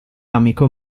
amico